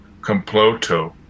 Comploto